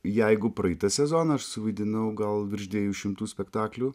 jeigu praeitą sezoną aš suvaidinau gal virš dviejų šimtų spektaklių